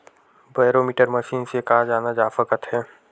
Barometer machine से का जाना जा सकत हे?